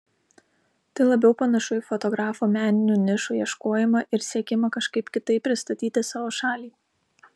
tai labiau panašu į fotografo meninių nišų ieškojimą ir siekimą kažkaip kitaip pristatyti savo šalį